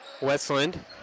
Westland